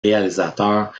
réalisateur